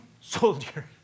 soldier